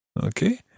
Okay